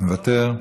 מוותר,